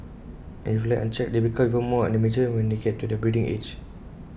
and if left unchecked they become even more unmanageable when they get to their breeding age